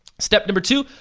step number two,